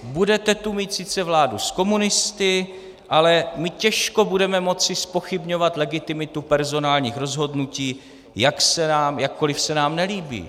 Budete tu mít sice vládu s komunisty, ale my těžko budeme moci zpochybňovat legitimitu personálních rozhodnutí, jakkoliv se nám nelíbí.